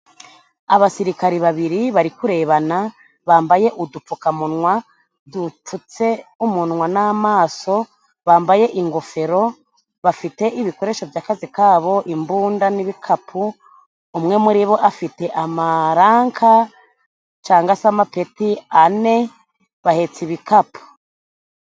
Abasirikare babiri bari kurebana，bambaye udupfukamunwa dupfutse umunwa n'amaso， bambaye ingofero， bafite ibikoresho by’akazi kabo，imbunda n'ibikapu，umwe muri bo afite amaranka，cangwa se amapeti ane， bahetse ibikapu.